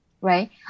right